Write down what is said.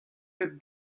pep